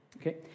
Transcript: Okay